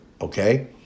okay